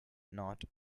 not